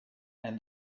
and